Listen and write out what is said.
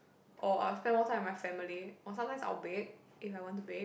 or I'll spend more time with my family or sometimes I'll bake if I want to bake